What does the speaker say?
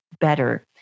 better